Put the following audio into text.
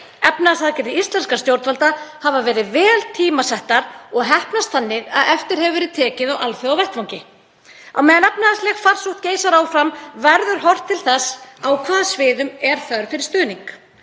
Efnahagsaðgerðir íslenskra stjórnvalda hafa verið vel tímasettar og heppnast þannig að eftir hefur verið tekið á alþjóðavettvangi. Á meðan efnahagsleg farsótt geisar áfram verður horft til þess á hvaða sviðum þörf er fyrir stuðning.